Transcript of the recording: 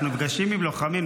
אנחנו נפגשים עם לוחמים,